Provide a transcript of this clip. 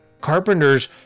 Carpenters